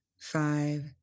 five